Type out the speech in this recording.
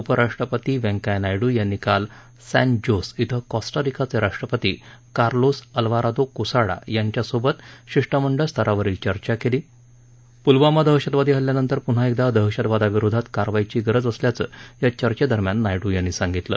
उपराष्ट्रपती व्यंकया नायडू यांनी काल सॅन जोस शें कोस्टारिकाचे राष्ट्रपती कार्लोस अल्वारादो कुसाडा यांच्यासोबत शिष्टमंडळ स्तरावरील चर्चा केली पुलवामा दहशतवादी हल्ल्यानंतर पुन्हा एकदा दहशतवादाविरोधात कारवाईची गरज असल्याचं या चर्घेदरम्यान नायडू यांनी यांनी सांगितलं